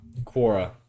quora